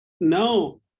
No